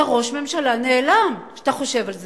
אתה ראש ממשלה נעלם, כשאתה חושב על זה.